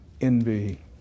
envy